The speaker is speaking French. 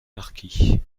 marquis